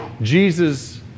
Jesus